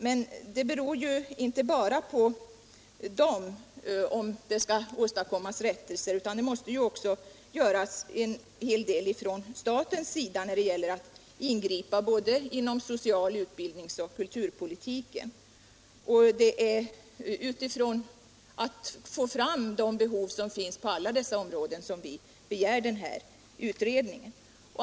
Men det beror ju inte bara på dem om det skall åstadkommas rättelser; det måste också göras en hel del från statens sida, inom både social-, utbildningsoch kulturpolitiken. Det är utifrån de behov som finns på alla dessa områden som vi begär den här utredningen.